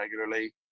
regularly